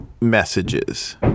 messages